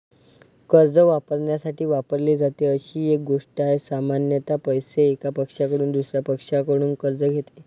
कर्ज वापरण्यासाठी वापरली जाते अशी एक गोष्ट आहे, सामान्यत पैसे, एका पक्षाकडून दुसर्या पक्षाकडून कर्ज घेते